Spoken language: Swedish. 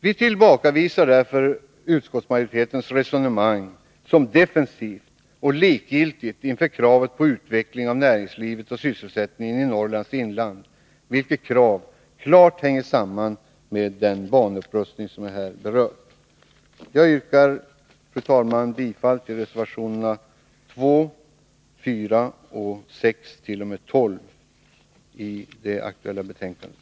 Vi tillbakavisar utskottsmajoritetens resonemang som defensivt och likgiltigt inför kravet på utveckling av näringslivet och sysselsättningen i Norrlands inland, vilket krav klart hänger samman med den banupprustning som jag här har berört. Jag yrkar, fru talman, bifall till reservationerna 2, 4 och 6-12 i det aktuella betänkandet.